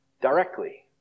directly